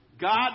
God